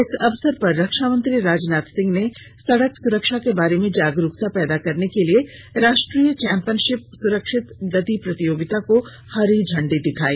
इस अवसर पर रक्षामंत्री राजनाथ सिंह ने सड़क सुरक्षा के बारे में जागरूकता पैदा करने के लिए राष्ट्रीय चौम्पियनशिप सुरक्षित गति प्रतियोगिता को हरी झंडी दिखाई